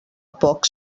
poc